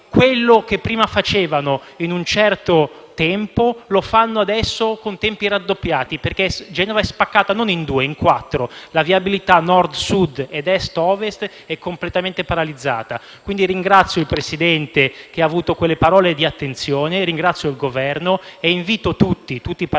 Quello che prima facevano in un certo tempo, lo fanno adesso con tempi raddoppiati, perché Genova è spaccata non in due, ma in quattro. La viabilità Nord-Sud ed Est-Ovest è completamente paralizzata. Quindi, ringrazio il Presidente che ha avuto parole di attenzione. Ringrazio il Governo e invito i parlamentari